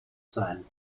sein